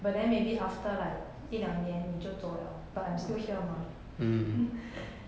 but then maybe after like 一两年你就走了 but I'm still here mah